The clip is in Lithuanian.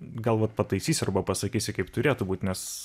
gal vat pataisysi arba pasakysi kaip turėtų būt nes